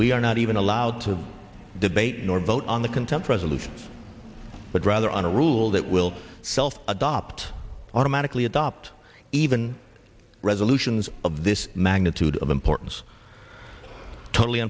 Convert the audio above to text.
we are not even allowed to debate nor vote on the content presently but rather on a rule that will self adopt automatically adopt even resolutions of this magnitude of importance totally